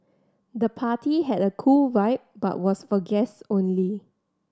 the party had a cool vibe but was for guests only